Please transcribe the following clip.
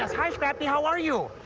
hi, scrappy, how are you?